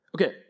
Okay